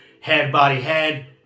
head-body-head